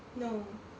no